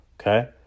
Okay